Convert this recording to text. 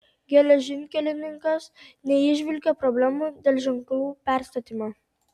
geležinkelininkas neįžvelgė problemų dėl ženklų perstatymo